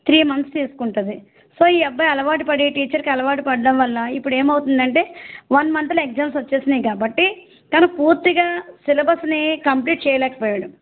three months తీస్కుంటుంది so ఈ అబ్బాయి అలవాటు పడీ టీచర్కి అలవాటు పడ్డం వల్ల ఇప్పుడేమవుతుందంటే వన్ మంత్లో ఎగ్జామ్స్ వచ్చాయి కాబట్టి తను పూర్తిగా సిలబస్ని కంప్లీట్ చెయ్యలేకపోయాడు